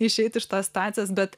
išeit iš tos situacijos bet